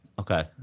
Okay